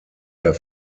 der